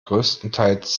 größtenteils